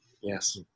Yes